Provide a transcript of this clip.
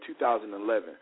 2011